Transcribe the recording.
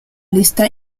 lista